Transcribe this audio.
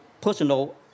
personal